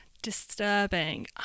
disturbing